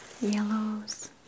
yellows